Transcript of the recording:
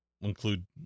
include